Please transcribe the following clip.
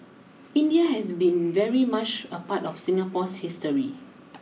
India has been very much a part of Singapore's history